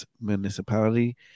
municipality